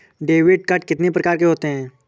Debit card कितनी प्रकार के होते हैं?